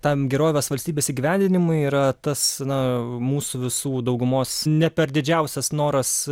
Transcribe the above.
tam gerovės valstybės įgyvendinimui yra tas na mūsų visų daugumos ne per didžiausias noras